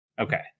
Okay